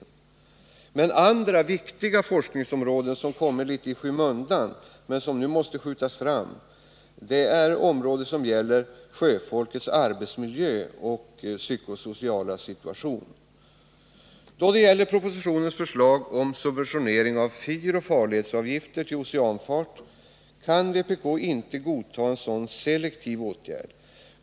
Vidare finns det andra forskningsområden som kommit litet i skymundan men som nu måste skjutas i förgrunden. Jag tänker då på sådana forskningsområden som sjöfolkets arbetsmiljö och psykosociala frågor i samband därmed. Då det gäller propositionens förslag om subventionering av fyroch farledsavgifter för oceanfart kan vpk inte godta en sådan selektiv åtgärd som föreslås.